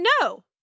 no